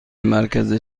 مرکز